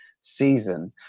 season